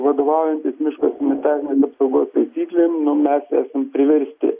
vadovaujantis miško sanitarinėm apsaugos taisyklėm nu mes esam priversti